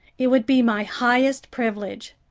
it would be my highest privilege.